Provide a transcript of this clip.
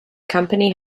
company